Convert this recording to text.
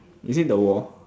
is it the war